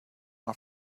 are